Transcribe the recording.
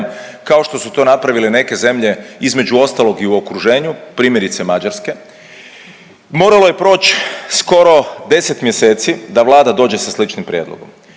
kao što su to napravile neke zemlje između ostalog i u okruženju primjerice Mađarske moralo je proći skoro 10 mjeseci da Vlada dođe sa sličnim prijedlogom.